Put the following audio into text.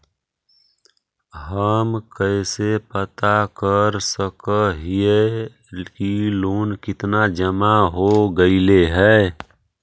हम कैसे पता कर सक हिय की लोन कितना जमा हो गइले हैं?